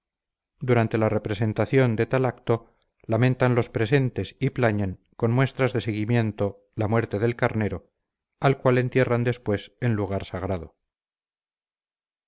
durante la representación de tal acto lamentan los presentes y plañen con muestras de sentimiento la muerte del carnero al cual entierran después en lugar sagrado